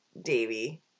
Davy